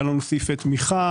היו לנו סעיפי תמיכה.